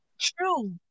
True